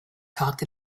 talked